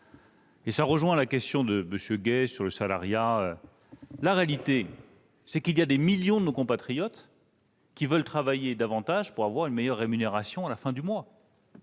en partie à la question de M. Gay sur le salariat. La réalité, c'est que des millions de nos compatriotes veulent travailler davantage pour bénéficier d'une meilleure rémunération à la fin du mois